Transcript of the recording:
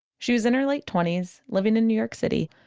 she was in her late twenties, living in new york city.